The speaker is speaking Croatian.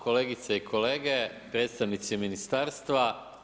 Kolegice i kolege, predstavnici ministarstva.